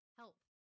health